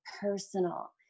personal